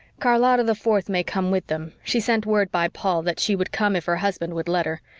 charlotta the fourth may come with them. she sent word by paul that she would come if her husband would let her.